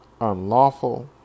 Unlawful